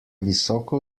visoko